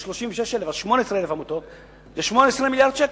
אז 18,000 עמותות זה 18 מיליארד שקל.